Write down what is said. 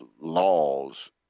laws